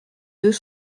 deux